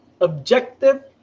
objective